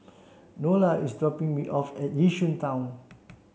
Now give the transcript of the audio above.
Nola is dropping me off at Yishun Town